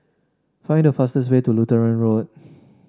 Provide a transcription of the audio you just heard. find the fastest way to Lutheran Road